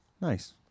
Nice